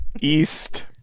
East